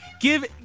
give